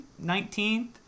19th